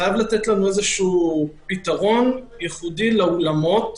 חייבים לתת לנו איזשהו פתרון ייחודי לאולמות.